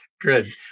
good